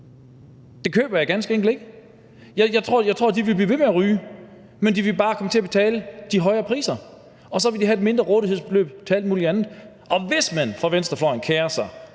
Den køber jeg ganske enkelt ikke. Jeg tror, de vil blive ved med at ryge, men de vil bare komme til at betale de højere priser, og så vil de have et mindre rådighedsbeløb til alt muligt andet. Hvis man fra venstrefløjen kerer sig